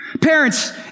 Parents